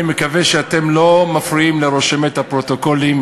אני מקווה שאתם לא מפריעים לרשמת הפרוטוקולים